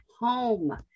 home